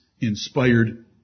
inspired